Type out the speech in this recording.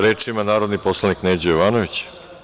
Reč ima narodni poslanik Neđo Jovanović.